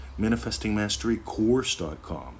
manifestingmasterycourse.com